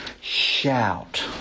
shout